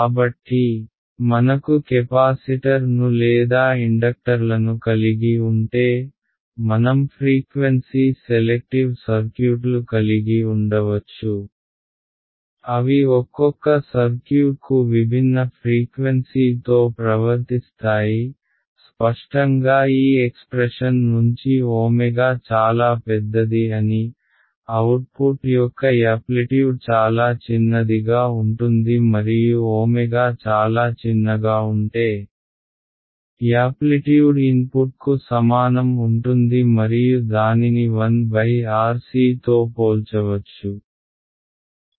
కాబట్టి మనకు కెపాసిటర్ ను లేదా ఇండక్టర్లను కలిగి ఉంటే మనం ఫ్రీక్వెన్సీ సెలెక్టివ్ సర్క్యూట్లు కలిగి ఉండవచ్చు అవి ఒక్కొక్క సర్క్యూట్ కు విభిన్న ఫ్రీక్వెన్సీ తో ప్రవర్తిస్తాయి స్పష్టంగా ఈ ఎక్స్ప్రెషన్ నుంచి w చాలా పెద్దది అనిఅవుట్పుట్ యొక్క యాప్లిట్యూడ్ చాలా చిన్నదిగా ఉంటుంది మరియు w చాలా చిన్నగా ఉంటే యాప్లిట్యూడ్ ఇన్పుట్కు సమానం ఉంటుంది మరియు దానిని 1 R C తో పోల్చవచ్చు